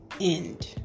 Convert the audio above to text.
end